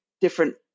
different